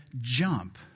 jump